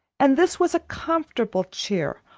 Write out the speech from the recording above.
and this was a comfortable chair,